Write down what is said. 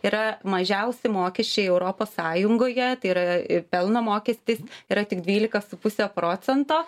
yra mažiausi mokesčiai europos sąjungoje tai yra ir pelno mokestis yra tik dvylika su puse procento